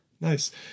nice